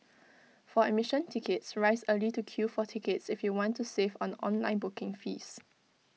for admission tickets rise early to queue for tickets if you want to save on online booking fees